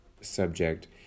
subject